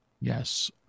Yes